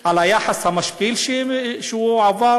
על היחס המשפיל שהוא קיבל?